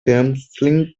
thameslink